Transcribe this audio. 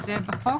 זה יהיה בחוק?